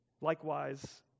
Likewise